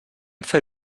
fer